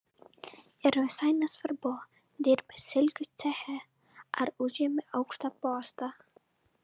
ir visai nesvarbu dirbi silkių ceche ar užimi aukštą postą